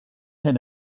hyn